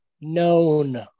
known